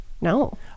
No